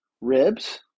ribs